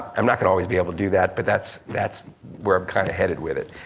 i'm not gonna always be able to do that but that's that's where i'm kinda headed with it.